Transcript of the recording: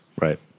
Right